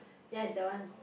yea is that one